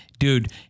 Dude